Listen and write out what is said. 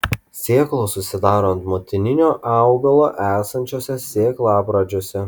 sėklos susidaro ant motininio augalo esančiuose sėklapradžiuose